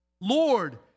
Lord